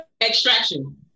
Extraction